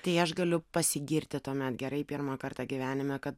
tai aš galiu pasigirti tuomet gerai pirmą kartą gyvenime kad